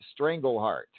Strangleheart